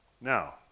Now